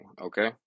okay